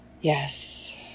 Yes